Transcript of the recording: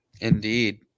Indeed